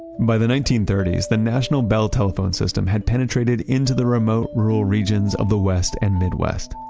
by the nineteen thirty s, the national bell telephone system had penetrated into the remote rural regions of the west and midwest.